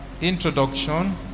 introduction